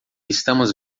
estamos